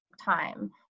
time